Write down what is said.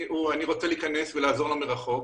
אני רוצה להיכנס ולעזור לו מרחוק,